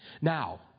Now